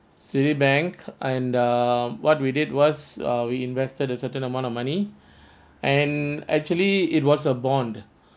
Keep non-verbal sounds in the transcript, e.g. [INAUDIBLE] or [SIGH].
Citibank and err what we did was uh we invested a certain amount of money [BREATH] and actually it was a bond